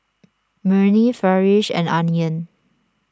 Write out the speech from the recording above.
Murni Farish and Aryan